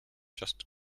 just